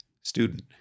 Student